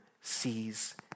sees